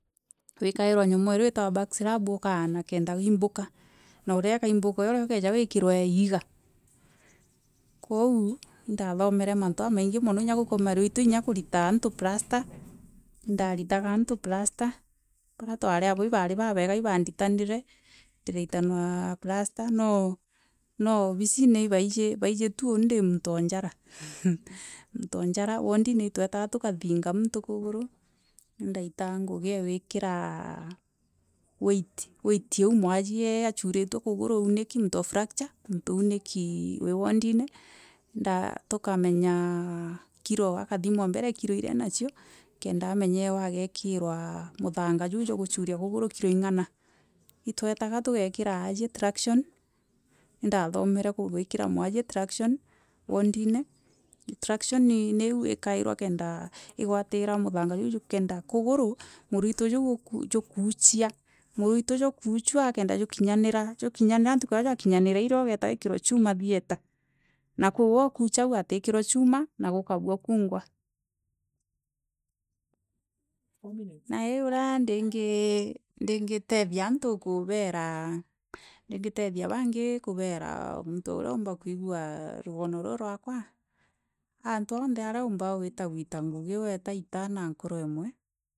Wikairwa nyumweria itagwa backslab ukaana kenda wimbuka na uria ukaimbuka uria, ukeeja wikirwe Liga, kwou indaatho mere mantu yamaingi mono inya kurita antu prasta. Indaritaga anto plasta, baria twari abo ni baari babega nibaanditanire. Ndirastanwa plasta, no no obisine ibaije baije tu oni ndi muntu o njara muntu o njara wodine nitwataga tukathinga muntu kuguru nitaitaga ngugi e gwikira weight, weight iiu mwanjire asuritie kuguru auniki muntu o fracture uuniki wii woodine tukamenyaa kiro, akathimwa mbere kiro iria enachio kenda amengeewa agaekirwa muthanga jau jwa kucuuria kuguru kiro ingana. Itwetaga tugaikira aajie trackision indaathomere guikira mwajire tracksion woodine. Tracksion ni iu ikairwa kenda igwatira muthanga jau kenda kuguru mraitu jau jukucia muraitu jwakuucua kenda jukinyanira, jwakinyanira ntuku iria jwakinyanira irio ugeeta wikirwe cuuma na gukagua kuungwa Nandi uria ndingi ndingi teethia antu kubeera ndingi tethia bangi kuuberaa o muntu uria uumba kuigua rugono ruu rwakwa antu oothe ario aumba gwifa kuita nguji weta ita na nkoro imwe.